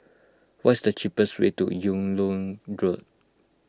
what's the cheapest way to Yung Loh Road